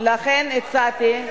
לכן הצעתי,